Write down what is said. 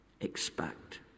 expect